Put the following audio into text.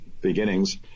beginnings